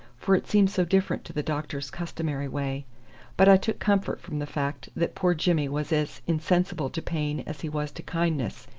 for it seemed so different to the doctor's customary way but i took comfort from the fact that poor jimmy was as insensible to pain as he was to kindness,